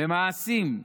במעשים,